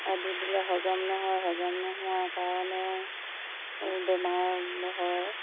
আদি দিলে হজম নহয় হজম নোহোৱা কাৰণেও বেমাৰ হয়